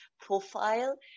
profile